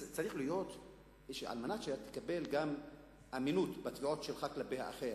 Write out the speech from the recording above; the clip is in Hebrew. כדי שתקבל גם אמינות בתביעות שלך כלפי האחר,